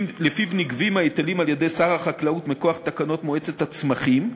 שלפיו נגבים ההיטלים על-ידי שר החקלאות מכוח תקנות מועצת הצמחים,